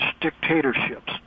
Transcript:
dictatorships